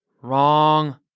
Wrong